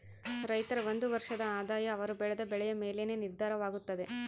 ರೈತರ ಒಂದು ವರ್ಷದ ಆದಾಯ ಅವರು ಬೆಳೆದ ಬೆಳೆಯ ಮೇಲೆನೇ ನಿರ್ಧಾರವಾಗುತ್ತದೆ